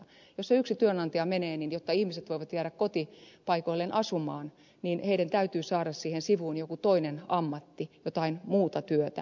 jos se yksi työnantaja menee niin jotta ihmiset voivat jäädä kotipaikoilleen asumaan heidän täytyy saada siihen sivuun joku toinen ammatti jotain muuta työtä